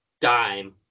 dime